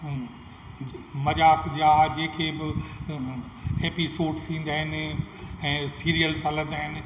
मज़ाक़ जा जेके बि एपीसोडिस ईंदा आहिनि ऐं सीरियल्स हलंदा आहिनि